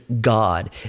God